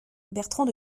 bertrand